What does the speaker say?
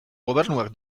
gobernuak